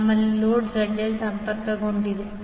ನಮ್ಮಲ್ಲಿ load ZL ಸಂಪರ್ಕಗೊಂಡಿದೆ